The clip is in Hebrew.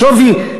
"שווי",